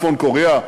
צפון-קוריאה,